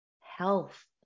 health